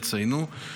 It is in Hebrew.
יציינו.